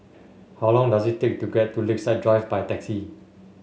how long does it take to get to Lakeside Drive by taxi